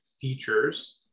features